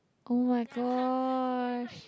oh-my-gosh